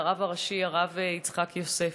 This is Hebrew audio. לרב הראשי הרב יצחק יוסף.